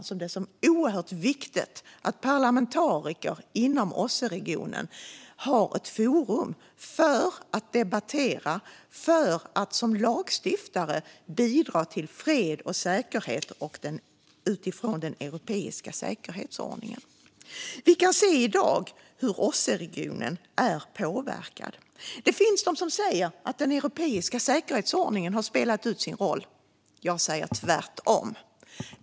Jag ser det som oerhört viktigt att parlamentariker inom OSSE-regionen har ett forum för att debattera och för att som lagstiftare bidra till fred och säkerhet utifrån den europeiska säkerhetsordningen. Vi kan i dag se hur OSSE-regionen är påverkad. Det finns de som säger att den europeiska säkerhetsordningen har spelat ut sin roll. Jag säger att det är tvärtom.